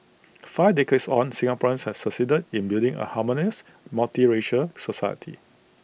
five decades on Singaporeans have succeeded in building A harmonious multiracial society